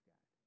God